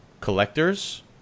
collectors